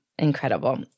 Incredible